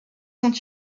sont